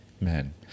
Men